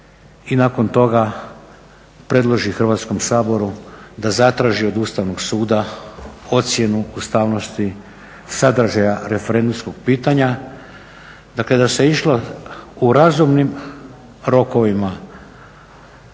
i nakon toga predloži Hrvatskom saboru da zatraži od Ustavnog suda ocjenu ustavnosti sadržaja referendumskog pitanja. Dakle, da se išlo u razumnim rokovima